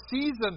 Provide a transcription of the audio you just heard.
season